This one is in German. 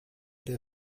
der